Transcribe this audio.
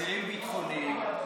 אסירים ביטחוניים,